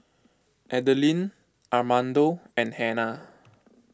Adeline Armando and Hannah